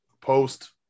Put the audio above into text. post